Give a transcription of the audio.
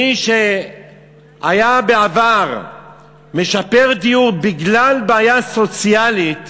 מי שהיה בעבר משפר דיור בגלל בעיה סוציאלית,